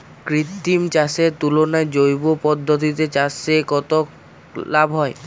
কৃত্রিম চাষের তুলনায় জৈব পদ্ধতিতে চাষে কত লাভ হয়?